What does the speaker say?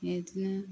बिदिनो